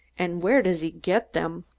and where does he get them?